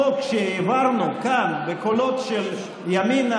חוק שהעברנו כאן בקולות של ימינה,